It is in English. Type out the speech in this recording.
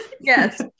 Yes